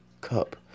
cup